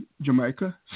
Jamaica